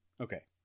Okay